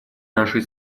нашей